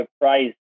price